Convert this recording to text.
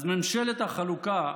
אז ממשלת החלוקה,